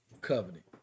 covenant